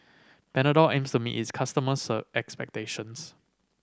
Panadol aims to meet its customers' expectations